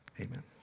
amen